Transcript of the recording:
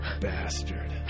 bastard